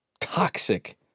toxic